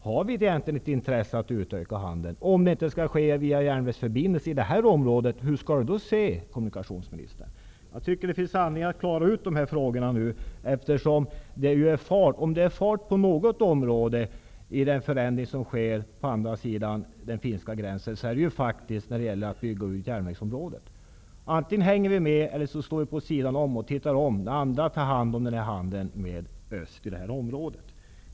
Har vi egentligen intresse av att öka handeln? Om det inte skall ske med hjälp av järnvägsförbindelser i det här området, hur skall det annars ske, herr kommunikationsminister? Det finns anledning att klara ut dessa frågor. För om det är fart på något område på andra sidan finska gränsen är det faktiskt på järnvägsområdet. Antingen hänger vi med, eller också står vi vid sidan av och tittar på när andra tar hand om handeln med öst i det här området.